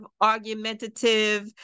argumentative